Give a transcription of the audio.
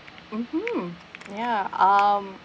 mmhmm ya um